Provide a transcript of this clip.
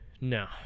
No